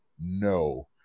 no